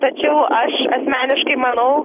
tačiau aš asmeniškai manau